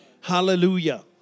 Hallelujah